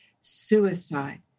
suicide